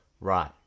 Right